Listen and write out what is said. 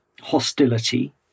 hostility